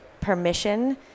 permission